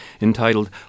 entitled